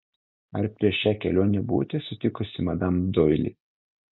ar prieš šią kelionę buvote sutikusi madam doili